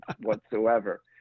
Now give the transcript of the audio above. whatsoever